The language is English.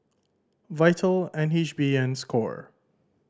Vital N H B and score